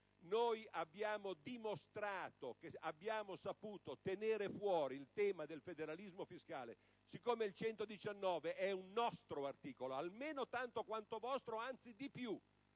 abbiamo dimostrato che abbiamo saputo tenere fuori il tema del federalismo fiscale. Siccome l'articolo 119 è un nostro articolo, almeno tanto quanto vostro, anzi di più,